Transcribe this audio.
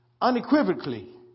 unequivocally